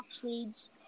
trades